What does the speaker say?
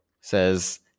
Says